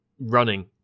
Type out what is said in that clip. running